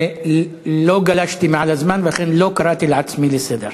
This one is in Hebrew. לא גלשתי מעל הזמן, ואכן לא קראתי את עצמי לסדר.